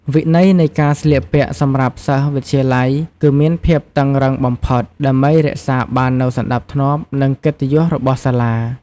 វិន័យនៃការស្លៀកពាក់សម្រាប់សិស្សវិទ្យាល័យគឺមានភាពតឹងរ៉ឹងបំផុត ដើម្បីរក្សាបាននូវសណ្តាប់ធ្នាប់ និងកិត្តិយសរបស់សាលា។